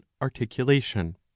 articulation